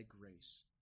grace